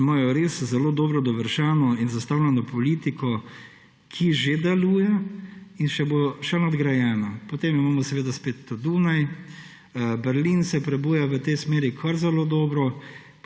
in imajo res zelo dobro dovršeno in zastavljeno politiko, ki že deluje in bo še nadgrajena. Potem imamo spet ta Dunaj, Berlin se prebuja v tej smeri kar zelo dobro.